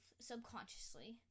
subconsciously